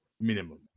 minimum